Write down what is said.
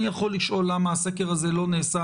אני יכול לשאול למה הסקר הזה לא נעשה